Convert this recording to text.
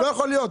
לא יכול להיות.